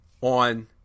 on